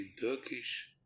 Turkish